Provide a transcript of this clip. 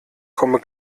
komme